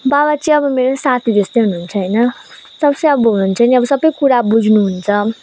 बाबा चाहिँ अब मेरो साथी जस्तै हुनुहुन्छ होइन सबसे अब हुनुहुन्छ नि सबै कुरा बुझ्नुहुन्छ